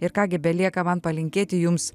ir ką gi belieka man palinkėti jums